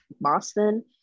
boston